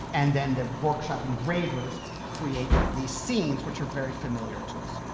and then the workshop engravers create these scenes, which are very familiar to us.